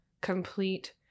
complete